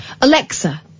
Alexa